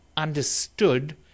understood